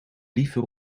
liever